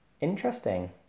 Interesting